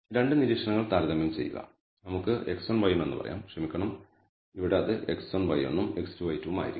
2 നിരീക്ഷണങ്ങൾ താരതമ്യം ചെയ്യുക നമുക്ക് x1 y1 എന്ന് പറയാം ക്ഷമിക്കണം ഇവിടെ അത് x1y1 ഉം x2y2 ഉം ആയിരിക്കും